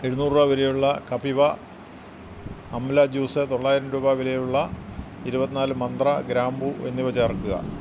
എഴുന്നൂറ് രൂപ വിലയുള്ള കപിവ അംല ജ്യൂസ് തൊള്ളായിരം രൂപ വിലയുള്ള ഇരുപത്തി നാല് മന്ത്ര ഗ്രാമ്പൂ എന്നിവ ചേർക്കുക